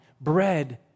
bread